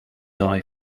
eye